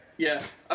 Yes